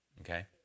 Okay